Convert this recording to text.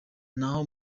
naho